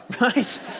right